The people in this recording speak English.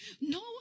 No